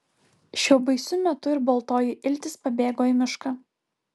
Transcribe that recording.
šiuo baisiu metu ir baltoji iltis pabėgo į mišką